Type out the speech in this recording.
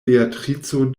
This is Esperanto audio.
beatrico